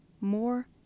more